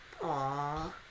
Aww